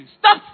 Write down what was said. stop